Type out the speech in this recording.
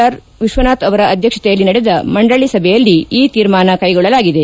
R Vishwanath ಅವರ ಅಧ್ಯಕ್ಷತೆಯಲ್ಲಿ ನಡೆದ ಮಂಡಳಿ ಸಭೆಯಲ್ಲಿ ಈ ತೀರ್ಮಾನ ಕೈಗೊಳ್ಲಲಾಗಿದೆ